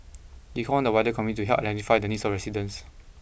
he called on the wider community to help identify the needs of residents